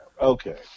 Okay